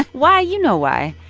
why? you know why.